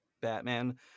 Batman